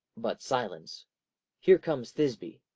but silence here comes thisby.